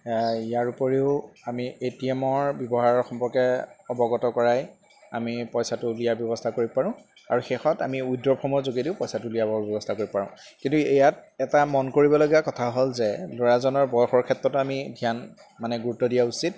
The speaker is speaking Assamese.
ইয়াৰ উপৰিও আমি এ টি এমৰ ব্যৱহাৰৰ সম্পৰ্কে অৱগত কৰাই আমি পইচাটো উলিওৱাৰ ব্যৱস্থা কৰিব পাৰোঁ আৰু শেষত আমি উইথড্ৰ ফৰ্মৰ যোগেদিও পইচাটো উলিয়াবৰ ব্যৱস্থা কৰিব পাৰোঁ কিন্তু ইয়াত এটা মন কৰিবলগীয়া কথা হ'ল যে ল'ৰাজনৰ বয়সৰ ক্ষেত্ৰতো আমি ধ্যান মানে গুৰুত্ব দিয়া উচিত